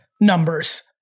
numbers